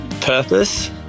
purpose